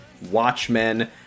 Watchmen